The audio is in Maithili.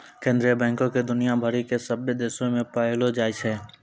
केन्द्रीय बैंको के दुनिया भरि के सभ्भे देशो मे पायलो जाय छै